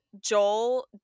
Joel